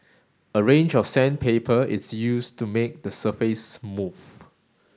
a range of sandpaper is used to make the surface smooth